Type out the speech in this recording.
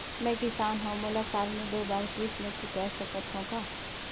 मैं किसान हव मोला साल मे दो बार किस्त ल चुकाय सकत हव का?